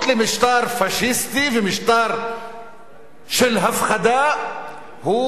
למשטר פאשיסטי ומשטר של הפחדה הוא,